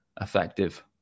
effective